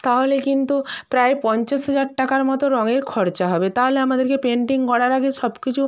তাহলে কিন্তু প্রায় পঞ্চাশ হাজার টাকার মতো রঙয়ের খরচা হবে তালে আমাদেরকে পেন্টিং করার আগে সব কিছু